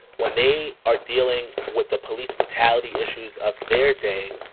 when they are dealing with the police brutality issues of their day,